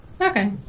Okay